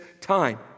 time